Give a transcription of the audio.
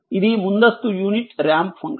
ఇది ముందస్తు unit ramp function